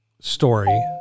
Story